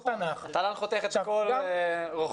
תנ"ך --- תל"ן חותך את הכל רוחבי.